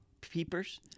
peepers